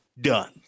done